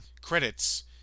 credits